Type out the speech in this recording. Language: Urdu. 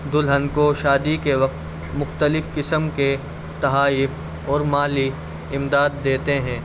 دلہن کو شادی کے وقت مختلف قسم کے تحائف اور مالی امداد دیتے ہیں